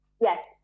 yes